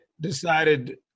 decided